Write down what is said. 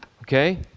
okay